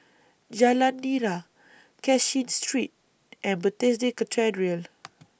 Jalan Nira Cashin Street and Bethesda Cathedral